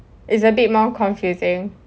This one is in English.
it's a bit more confusing